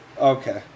Okay